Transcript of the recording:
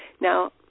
Now